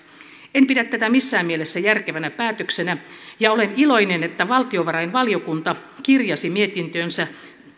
en pidä tätä missään mielessä järkevänä päätöksenä ja olen iloinen että valtiovarainvaliokunta kirjasi mietintöönsä